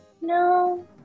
No